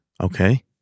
Okay